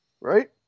Right